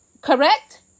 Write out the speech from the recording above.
Correct